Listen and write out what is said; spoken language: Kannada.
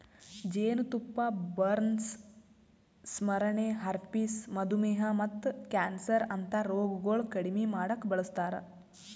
ಜೇನತುಪ್ಪ ಬರ್ನ್ಸ್, ಸ್ಮರಣೆ, ಹರ್ಪಿಸ್, ಮಧುಮೇಹ ಮತ್ತ ಕ್ಯಾನ್ಸರ್ ಅಂತಾ ರೋಗಗೊಳ್ ಕಡಿಮಿ ಮಾಡುಕ್ ಬಳಸ್ತಾರ್